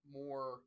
more